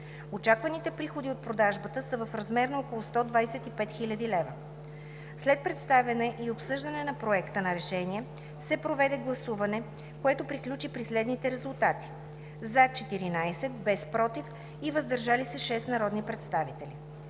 Очакваните приходи от продажбата са в размер на около 125 хил. лв. След представяне и обсъждане на Проекта на решение се проведе гласуване, което приключи при следните резултати: „за“ – 14, без „против“ и „въздържал се“ – 6 народни представители.